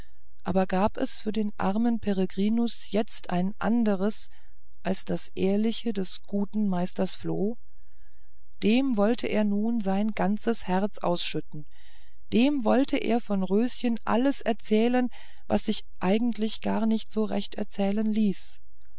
aber gab es für den armen peregrinus jetzt ein anderes als das ehrliche des guten meisters floh dem wollte er nun sein ganzes herz ausschütten dem wollte er von röschen alles erzählen was sich eigentlich gar nicht so recht erzählen ließ